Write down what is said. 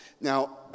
Now